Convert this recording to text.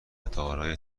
دارای